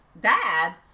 dad